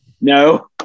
No